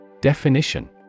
Definition